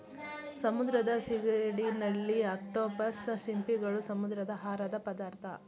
ಸಮುದ್ರದ ಸಿಗಡಿ, ನಳ್ಳಿ, ಅಕ್ಟೋಪಸ್, ಸಿಂಪಿಗಳು, ಸಮುದ್ರದ ಆಹಾರದ ಪದಾರ್ಥ